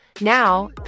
Now